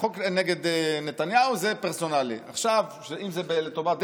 נגד נתניהו זה פרסונלי, אם זה לטובת דרעי,